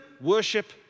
worship